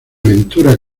ventura